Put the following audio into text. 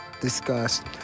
disgust